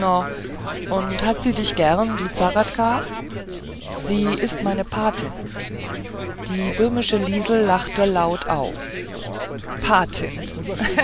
und hat sie dich gern die zahradka sie ist meine patin die böhmische liesel lachte laut auf patin